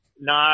No